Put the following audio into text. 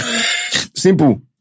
simple